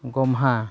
ᱜᱚᱢᱦᱟ